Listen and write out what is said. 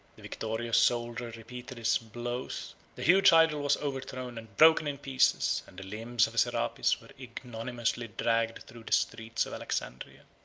the victorious soldier repeated his blows the huge idol was overthrown, and broken in pieces and the limbs of serapis were ignominiously dragged through the streets of alexandria.